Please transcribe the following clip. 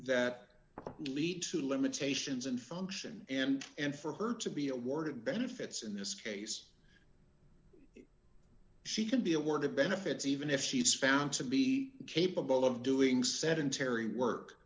that lead to limitations and function and and for her to be awarded benefits in this case she can be a word of benefits even if she is found to be capable of doing sedentary work